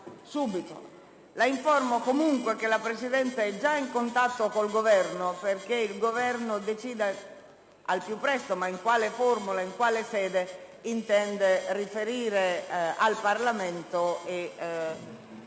parola. La informo comunque che la Presidenza è già in contatto con il Governo perché l'Esecutivo decida al più presto in quale formula e in quale sede intende riferire al Parlamento, in